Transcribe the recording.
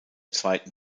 zweiten